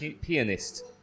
Pianist